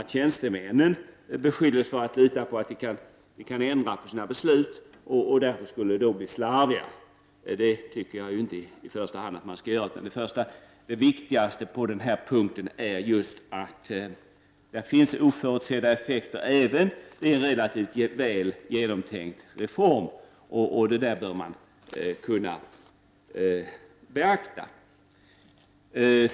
Tjänstemännen beskylls för att kunna ändra sina beslut, och därför skulle beslutsfattandet bli slarvigt. Det viktigaste på den här punkten är ju att det finns oförutsedda effekter även i en relativt väl genomtänkt reform. Det bör man kunna beakta.